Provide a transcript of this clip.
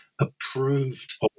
approved